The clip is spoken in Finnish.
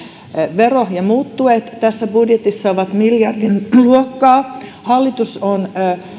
vero ja muut tuet tässä budjetissa ovat miljardin luokkaa hallitus on